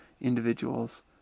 individuals